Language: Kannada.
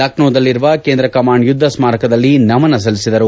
ಲಕ್ಕೋದಲ್ಲಿರುವ ಕೇಂದ್ರ ಕಮಾಂಡ್ ಯುದ್ದ ಸ್ನಾರಕದಲ್ಲಿ ನಮನ ಸಲ್ಲಿಸಿದರು